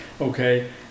Okay